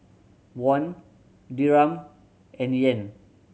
Won Dirham and Yen